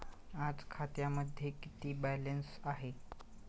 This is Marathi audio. आज खात्यामध्ये किती बॅलन्स आहे?